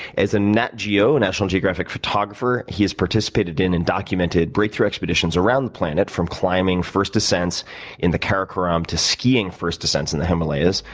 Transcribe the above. as a nat geo national geographic photographer, he has participated in and documented breakthrough expeditions around the planet from climbing first descents in the karakoram to skiing first descents in the himalayas.